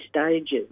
stages